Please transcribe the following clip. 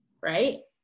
right